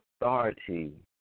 authority